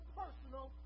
personal